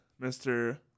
Mr